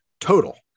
total